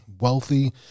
wealthy